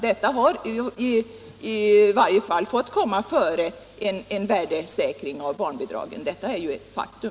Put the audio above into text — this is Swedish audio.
Dessa saker har ju i varje fall fått komma före en värdesäkring av barnbidragen; detta är ett faktum.